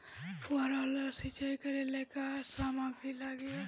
फ़ुहारा वाला सिचाई करे लर का का समाग्री लागे ला?